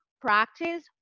practice